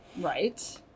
Right